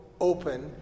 open